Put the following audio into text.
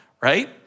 right